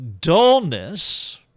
dullness